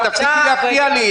תפסיקי להפריע לי.